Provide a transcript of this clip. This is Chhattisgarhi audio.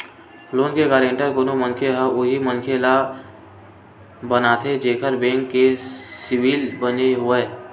लोन के गांरटर कोनो मनखे ह उही मनखे ल बनाथे जेखर बेंक के सिविल बने होवय